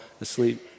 asleep